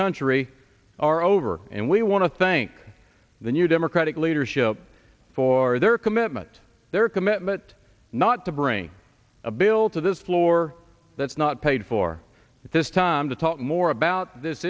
country are over and we want to thank the new democratic leadership for their commitment their commitment not to bring a bill to this floor that's not paid for at this time to talk more about this